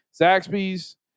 Zaxby's